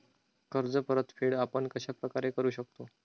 कर्ज परतफेड आपण कश्या प्रकारे करु शकतो?